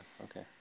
okay